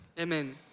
Amen